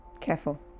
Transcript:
Careful